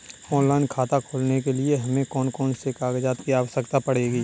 Online खाता खोलने के लिए हमें कौन कौन से कागजात की आवश्यकता पड़ेगी?